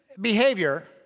behavior